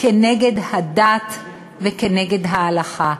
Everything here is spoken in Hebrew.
כנגד הדת וכנגד ההלכה,